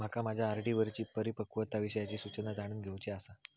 माका माझ्या आर.डी वरची माझी परिपक्वता विषयची सूचना जाणून घेवुची आसा